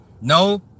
No